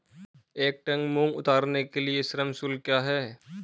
एक टन मूंग उतारने के लिए श्रम शुल्क क्या है?